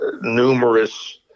numerous